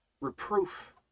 Reproof